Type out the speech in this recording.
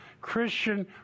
Christian